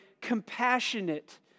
compassionate